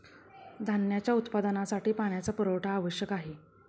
धान्याच्या उत्पादनासाठी पाण्याचा पुरवठा आवश्यक आहे